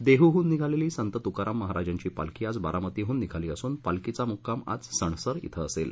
देहहून निघालेली संत तुकाराम महाराजांची पालखी आज बारामतीहून निघाली असून पालखीचा मुक्काम आज सणसर शि असेल